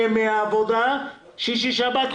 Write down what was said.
יותר מחמישה ימים בתוך שבוע של שבעה ימים?